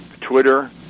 Twitter